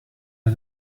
are